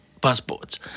passports